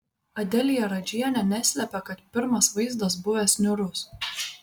adelija radžienė neslėpė kad pirmas vaizdas buvęs niūrus